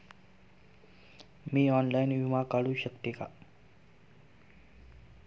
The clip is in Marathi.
मी ऑनलाइन विमा काढू शकते का?